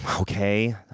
Okay